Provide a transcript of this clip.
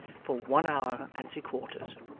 for one hour and three quarters.